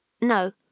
No